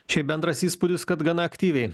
šiaip bendras įspūdis kad gana aktyviai